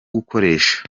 gukoresha